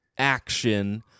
action